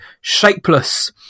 Shapeless